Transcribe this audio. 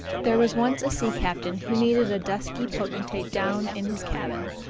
there was once a sea captain who needed a dusky potentate down in his cabin.